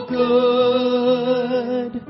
good